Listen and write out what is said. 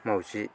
माउजि